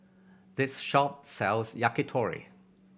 this shop sells Yakitori